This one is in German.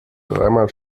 dreimal